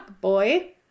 boy